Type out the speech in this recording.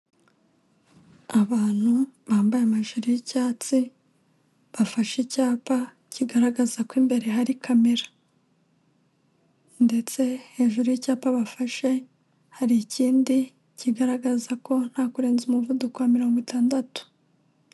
Abantu bambaye amajiri y'icyatsi bafashe icyapa kigaragaza ko imbere hari kamera ndetse hejuru y'icyapa bafashe hari ikindi kigaragaza ko nta kurenza umuvuduko wa mirongo itandatu.